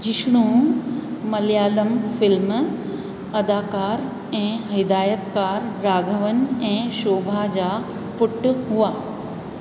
Jishnu Malayalam film अदाकारु ऐं हिदायतकारु राघवन ऐं शोभा जा पुटु हुआ